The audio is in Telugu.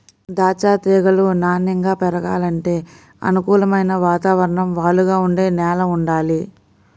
దాచ్చా తీగలు నాన్నెంగా పెరగాలంటే అనుకూలమైన వాతావరణం, వాలుగా ఉండే నేల వుండాలి